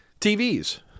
TVs